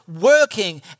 working